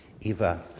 Eva